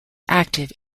active